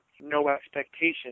no-expectation